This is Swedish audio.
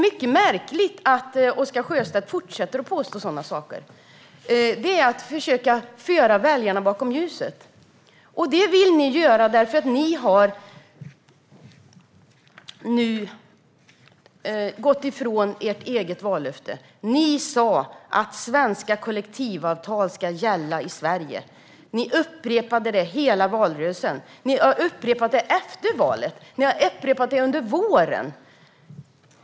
Det är att försöka föra väljarna bakom ljuset, och det vill ni göra därför att ni nu har gått ifrån ert eget vallöfte. Ni sa att svenska kollektivavtal ska gälla i Sverige. Ni upprepade det hela valrörelsen. Ni har också upprepat det efter valet och under våren.